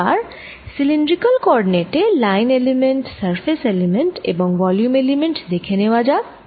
এবার cylindrical coordinate এ line element surface element এবং ভলিউম এলিমেন্ট দেখে নেওয়া যাক